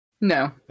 No